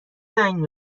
زنگ